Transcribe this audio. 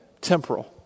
temporal